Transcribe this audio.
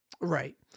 Right